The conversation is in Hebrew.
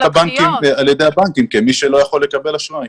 על ידי הבנקים כמי שלא יכול לקבל אשראי.